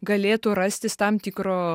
galėtų rastis tam tikro